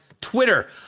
Twitter